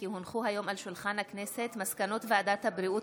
כי הונחו היום על שולחן הכנסת מסקנות ועדת הבריאות